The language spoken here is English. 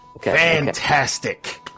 Fantastic